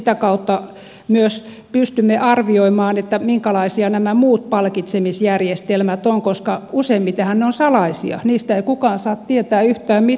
sitä kautta myös pystymme arvioimaan minkälaisia nämä muut palkitsemisjärjestelmät ovat koska useimmitenhan ne ovat salaisia niistä ei kukaan saa tietää yhtään mitään